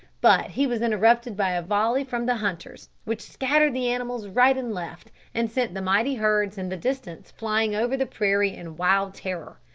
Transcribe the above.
but he was interrupted by a volley from the hunters, which scattered the animals right and left, and sent the mighty herds in the distance flying over the prairie in wild terror.